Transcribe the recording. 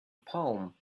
palm